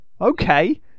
Okay